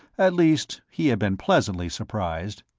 at least, he had been pleasantly surprised.